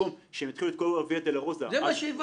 ולכן במקום שהם יתחילו את כל דרך הייסורים --- זה מה שהבנו.